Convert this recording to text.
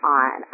on